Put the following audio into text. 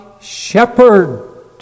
shepherd